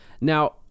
Now